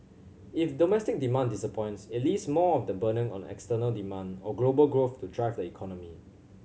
if domestic demand disappoints it leaves more of the burden on external demand or global growth to drive the economy